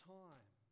time